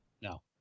No